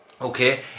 okay